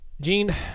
Gene